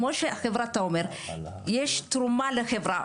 תרומה לחברה,